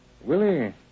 Willie